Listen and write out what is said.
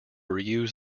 reuse